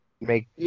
make